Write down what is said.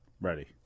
Ready